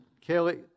Kelly